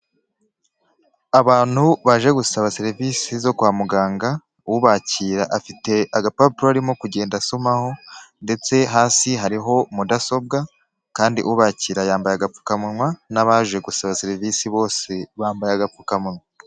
Abantu baje gusaba serivisi zo kwa muganga, ubakira afite agapapuro arimo kugenda asomaho, ndetse hasi hariho mudasobwa, kandi ubakira yambaye agapfukamunwa, n'abaje gusaba serivisi bose bambaye agapfukamunwa.